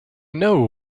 know